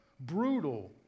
Brutal